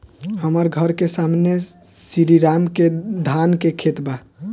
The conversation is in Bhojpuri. हमर घर के सामने में श्री राम के धान के खेत बा